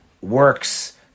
works